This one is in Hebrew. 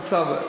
תצווה,